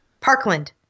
Parkland